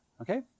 okay